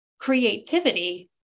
creativity